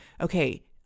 Okay